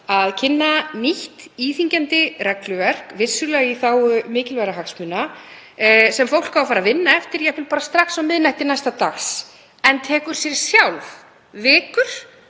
að kynna nýtt íþyngjandi regluverk, vissulega í þágu mikilvægra hagsmuna, sem fólk á að fara að vinna eftir, jafnvel bara strax á miðnætti næsta dags, en tekur sér sjálf vikur